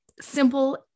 simple